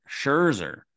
Scherzer